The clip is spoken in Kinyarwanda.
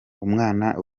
umwana